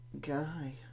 guy